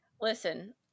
Listen